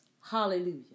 Hallelujah